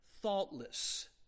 thoughtless